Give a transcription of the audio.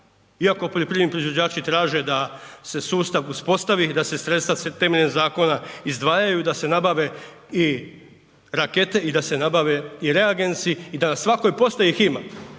iako poljoprivredni proizvođači traže da se sustav uspostavi, da se sredstva temeljem zakona izdvajaju, da se nabave i rakete i da se nabave i reagensi i da na svakoj postaji ih ima